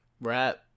rap